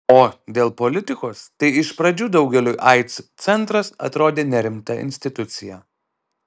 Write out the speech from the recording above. o dėl politikos tai iš pradžių daugeliui aids centras atrodė nerimta institucija